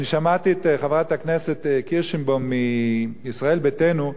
אני שמעתי את חברת הכנסת קירשנבאום מישראל ביתנו,